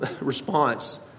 response